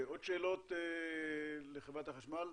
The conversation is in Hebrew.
עוד שאלות לחברות החשמל?